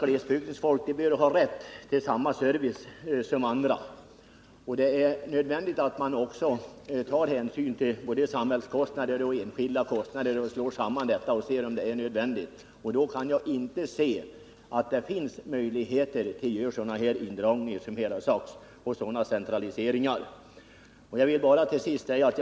Glesbygdens folk bör ju ha rätt till samma service som andra. Man bör dessutom i ett sådant här fall ta hänsyn både till samhällets kostnader och till kostnaderna för enskilda människor och slå samman dessa när man bedömer om det är nödvändigt med en indragning. Jag kan då inte finna att det är försvarligt att göra sådana indragningar och centraliseringar som det talats om här.